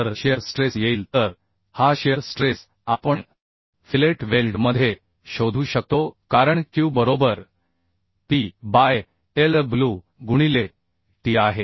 तरशिअर stress येईल तर हा शिअर स्ट्रेस आपण फिलेट वेल्डमध्ये शोधू शकतो कारण Q बरोबर P बाय Lw गुणिले T आहे